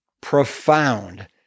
profound